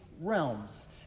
realms